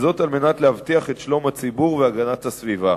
כדי להבטיח את שלום הציבור ואת הגנת הסביבה.